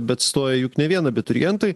bet stoja juk ne vien abiturientai